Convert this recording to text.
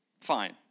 fine